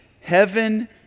heaven